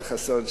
ישראל חסון,